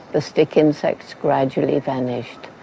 the stick insects gradually vanished,